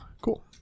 cool